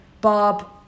Bob